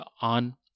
on